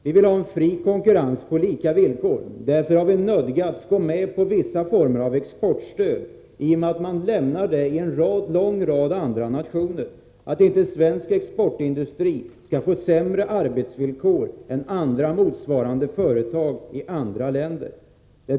Vi vill ha en fri konkurrens på lika villkor. Därför har vi nödgats gå med på vissa former av exportstöd, eftersom man lämnar det i en lång rad andra länder. Annars skulle svensk exportindustri få sämre arbetsvillkor än motsvarande företag i andra länder.